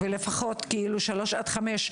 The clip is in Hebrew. ולפחות שלוש עד חמש,